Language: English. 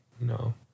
No